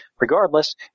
Regardless